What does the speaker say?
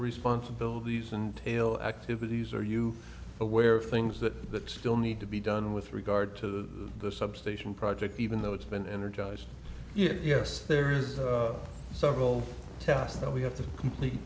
responsibilities and tail activities are you aware of things that still need to be done with regard to the substation project even though it's been energized yet yes there are several tasks that we have to complete